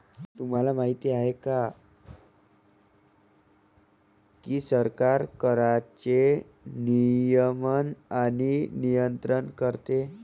तुम्हाला माहिती आहे का की सरकार कराचे नियमन आणि नियंत्रण करते